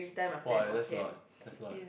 !wah! that's a lot that's a lot